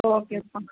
ஓகேப்பா